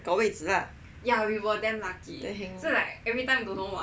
找位置 lah heng